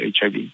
HIV